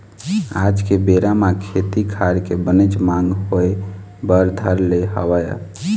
आज के बेरा म खेती खार के बनेच मांग होय बर धर ले हवय